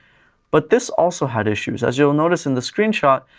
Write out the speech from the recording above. but this also had issues. as you'll notice in the screenshot,